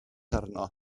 arno